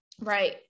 right